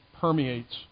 permeates